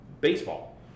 baseball